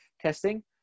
testing